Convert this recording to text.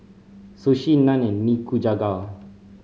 Sushi Naan and Nikujaga